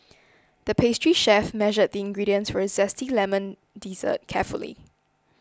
the pastry chef measured the ingredients for a Zesty Lemon Dessert carefully